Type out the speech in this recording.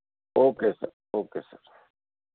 okay sir okay sir